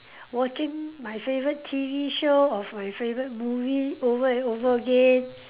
watching my favourite T_V show of my favourite movie over and over again